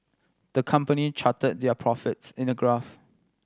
the company charted their profits in a graph